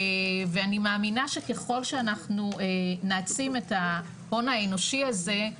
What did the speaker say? ואני מאמינה שככל שאנחנו נעצים את ההון האנושי הזה,